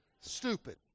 stupid